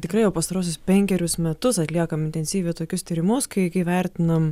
tikrai jau pastaruosius penkerius metus atliekam intensyviai tokius tyrimus kai kai vertinam